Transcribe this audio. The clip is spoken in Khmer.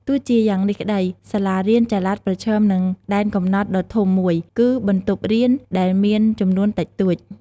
ទោះជាយ៉ាងនេះក្តី សាលារៀនចល័តប្រឈមនឹងដែនកំណត់ដ៏ធំមួយ គឺបន្ទប់រៀនដែលមានចំនួនតិចតួច។